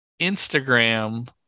Instagram